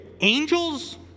Angels